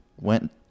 Went